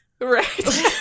right